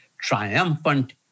triumphant